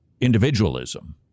individualism